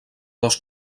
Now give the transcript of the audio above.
dos